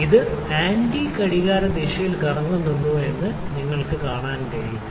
ഇത് ആന്റി ഘടികാരദിശയിൽ കറങ്ങുന്നുണ്ടോ എന്ന് നിങ്ങൾക്ക് കാണാൻ കഴിയും